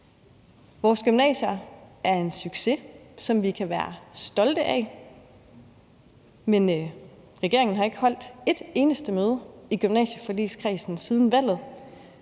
vores gymnasier er en succes, som vi kan være stolte af, men regeringen har ikke holdt et eneste møde i gymnasieforligskredsen siden valget,